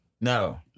No